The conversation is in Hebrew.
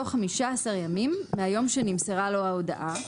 בתוך 15 ימים מהיום שנמסרה לו ההודעה,